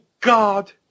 God